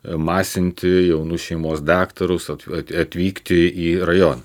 masinti jaunus šeimos daktarus at atvykti į rajoną